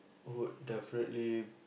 would have really